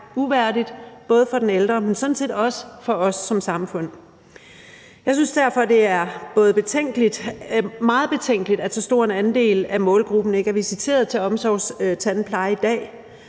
uværdigt både for den ældre, men sådan set også for os som samfund. Jeg synes derfor, det er meget betænkeligt, at så stor en andel af målgruppen ikke er visiteret til omsorgstandpleje i dag.